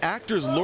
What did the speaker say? Actors